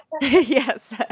Yes